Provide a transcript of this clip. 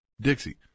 Dixie